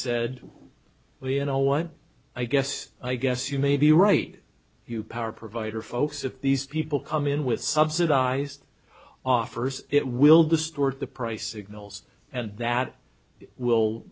said well you know what i guess i guess you may be right you power provider folks if these people come in with subsidized offers it will distort the price signals and that will